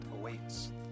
awaits